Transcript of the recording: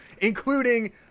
Including